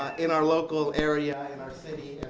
in our local area and our city